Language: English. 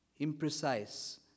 Imprecise